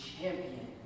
champion